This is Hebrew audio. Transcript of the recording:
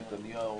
נתניהו,